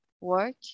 work